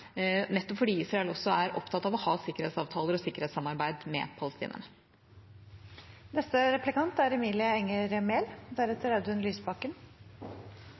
nettopp fordi Israel også er opptatt av å ha sikkerhetsavtaler og sikkerhetssamarbeid med palestinerne. Senterpartiet mener det er